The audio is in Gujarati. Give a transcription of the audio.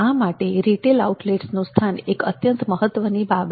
આ માટે રિટેલ આઉટલેટ્સનુ સ્થાન એક અત્યંત મહત્વની બાબત છે